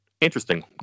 interesting